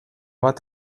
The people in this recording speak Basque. bat